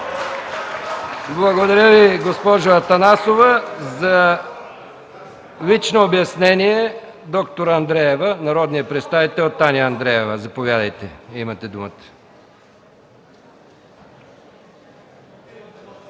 Благодаря Ви, госпожо Атанасова. За лично обяснение – народният представител Таня Андреева. Заповядайте, имате думата.